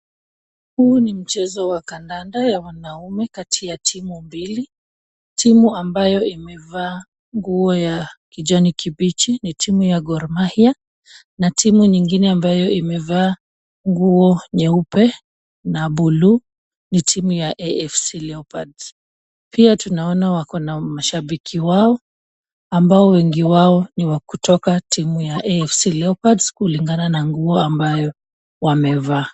Huu ni mchezo wa kadanda ya wanaume kati ya timu mbili. Timu ambayo imveaa nguo ya kijani kibichi ni timu ya Gor Mahia na timu nyingine ambayo imevaa nguo nyeupe na buluu ni timu ya AFC Leopards. Pia tunaona wako na mashibiki wao ambao wengi wao ni wa kutoka kwa timu ya AFC Leopards kulingana na nguo ambayo wamevaa.